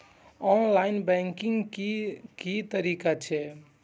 Online banking के की तरीका छै?